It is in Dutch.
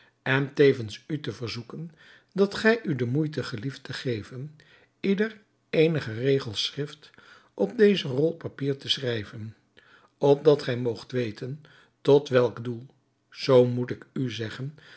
en tevens u te verzoeken dat gij u de moeite gelieft te geven ieder eenige regels schrift op deze rol papier te schrijven opdat gij moogt weten tot welk doel zoo moet ik u zeggen